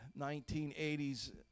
1980s